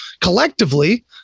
collectively